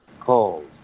Cold